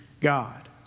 God